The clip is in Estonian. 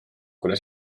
kuna